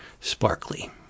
sparkly